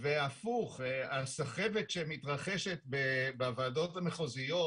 והפוך הסחבת שמתרחשת בוועדות המחוזיות